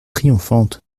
triomphante